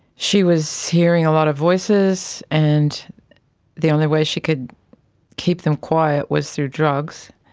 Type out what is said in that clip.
she was hearing a lot of voices and the only way she could keep them quiet was through drugs.